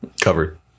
Covered